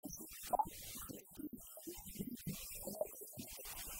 משמעותה הדתית, הרוחנית, אני לא אוהב את המילה דתית